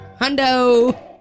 Hundo